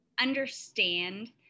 understand